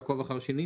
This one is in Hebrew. בעקוב אחר שינויים,